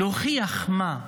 להוכיח מה?